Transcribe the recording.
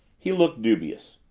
he looked dubious.